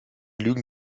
lügen